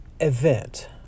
event